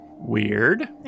Weird